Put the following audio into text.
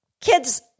kids